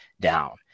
down